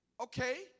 Okay